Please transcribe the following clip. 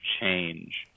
change